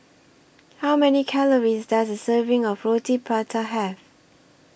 How Many Calories Does A Serving of Roti Prata Have